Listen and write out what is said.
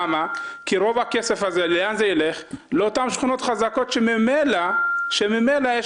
רוב הכסף הרי ילך לשכונות החזקות שממילא יש